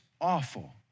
awful